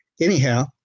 anyhow